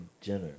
Jenner